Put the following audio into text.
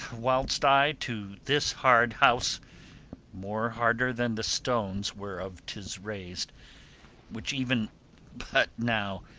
whilst i to this hard house more harder than the stones whereof tis rais'd which even but now,